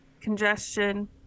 congestion